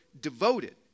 devoted